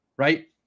Right